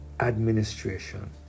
administration